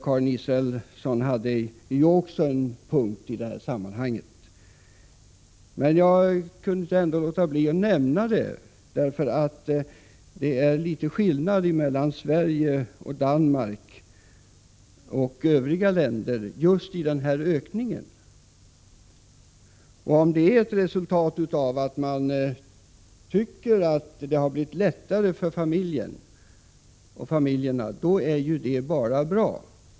Karin Israelssons synpunkt bör också noteras i sammanhanget. Jag kunde ändå inte låta bli att nämna detta, därför att det är litet skillnad mellan Sverige, Danmark och övriga länder just när det gäller den här ökningen. Om det är ett resultat av att man tycker att det har blivit lättare för familjerna är det bara bra.